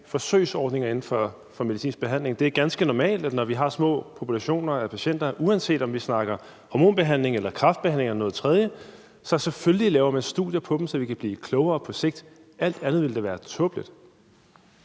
forsøgsordninger inden for medicinsk behandling. Det er ganske normalt, at man, når man har små populationer af patienter, uanset om vi snakker hormonbehandling, kræftbehandling eller noget tredje, så selvfølgelig laver studier på dem, så vi kan blive klogere på sigt. Alt andet ville da være tåbeligt.